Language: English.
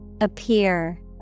Appear